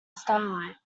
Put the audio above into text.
starlight